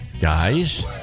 guys